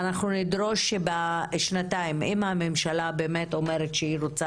ואנחנו נדרוש בשנתיים אם הממשלה אומרת שהיא רוצה